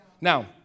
Now